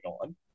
on